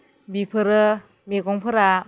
बेफोरो मैगंफोरा